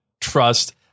trust